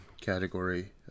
category